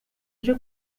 aje